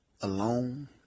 alone